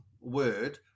word